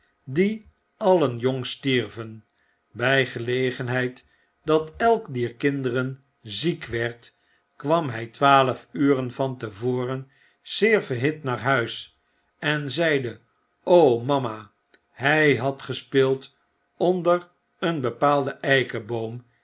die alien jongstierven by gelegenheid dat elk dier kinderen ziek werd kwam hij twaalf uren van te voren zeer verhit naar huis en zeide mama hy had gespeeld onder een bepaalden eikenboom